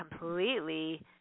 completely